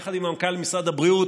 יחד עם מנכ"ל משרד הבריאות.